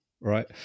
Right